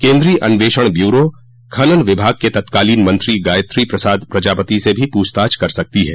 केन्द्रीय अन्वेषण ब्यूरो खनन विभाग के तत्कालीन मंत्री गायत्री प्रसाद प्रजापति से भी पूछताछ कर सकती है